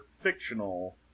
fictional